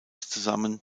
zusammen